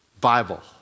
Bible